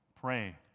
pray